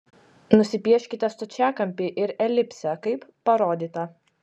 nusipieškite stačiakampį ir elipsę kaip parodyta